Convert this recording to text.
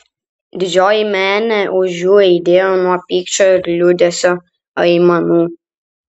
didžioji menė už jų aidėjo nuo pykčio ir liūdesio aimanų